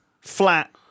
flat